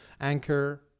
Anchor